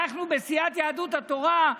אנחנו, בסיעת יהדות התורה,